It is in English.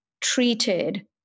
treated